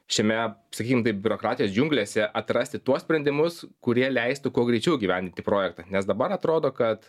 šiame sakykim taip biurokratijos džiunglėse atrasti tuos sprendimus kurie leistų kuo greičiau įgyvendinti projektą nes dabar atrodo kad